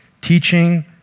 teaching